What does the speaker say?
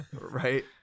Right